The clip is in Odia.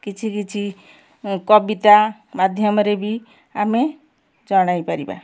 କିଛି କିଛି କବିତା ମାଧ୍ୟମରେ ବି ଆମେ ଜଣାଇ ପାରିବା